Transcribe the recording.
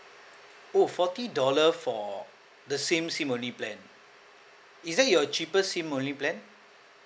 oh forty dollar for the same SIM only plan is that your cheapest SIM only plan